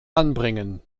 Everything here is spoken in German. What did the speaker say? anbringen